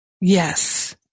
Yes